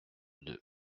deux